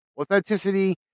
authenticity